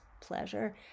pleasure